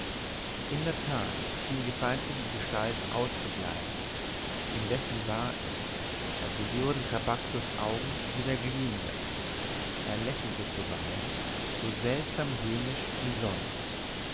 in der tat schien auch die feindliche gestalt auszubleiben indessen war es als würden trabacchios augen wieder glühender er lächelte zuweilen so seltsam höhnisch wie sonst